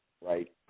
right